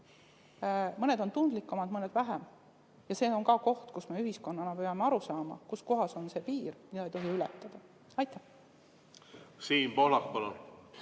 Mõned on tundlikumad, mõned vähem. Ja see on ka koht, kus me ühiskonnana peame aru saama, kus kohas on see piir, mida ei tohi ületada. Siim Pohlak,